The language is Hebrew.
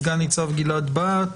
סגן-ניצב גלעד בהט,